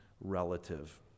relative